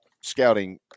scouting